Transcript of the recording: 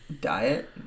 Diet